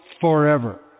forever